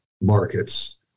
markets